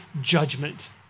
judgment